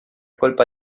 colpa